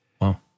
Wow